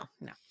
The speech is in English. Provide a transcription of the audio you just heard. No